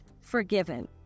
forgiven